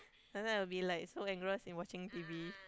some time I will be like so engross in watching T_V